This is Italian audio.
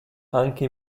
anche